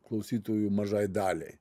klausytojų mažai daliai